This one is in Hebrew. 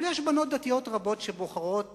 אבל יש בנות דתיות רבות שבוחרות